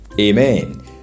Amen